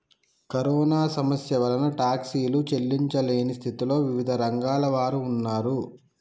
corona సమస్య వలన టాక్సీలు చెల్లించలేని స్థితిలో వివిధ రంగాల వారు ఉన్నారు